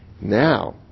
Now